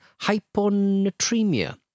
hyponatremia